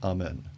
Amen